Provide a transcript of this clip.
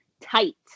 tight